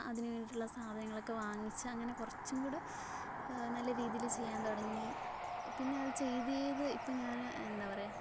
അതിന് വേണ്ടിയിട്ടുള്ള സാധനങ്ങളൊക്കെ വാങ്ങിച്ച് അങ്ങനെ കുറച്ചും കൂടെ നല്ല രീതിയിൽ ചെയ്യാൻ തുടങ്ങി പിന്നെ അത് ചെയ്ത് ചെയ്ത് ഇപ്പോൾ ഞാൻ എന്താണ് പറയുക